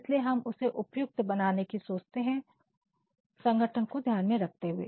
इसलिए हम उसे उपयुक्त बनाने की सोचते हैं संगठन को ध्यान में रखते हुए